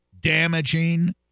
damaging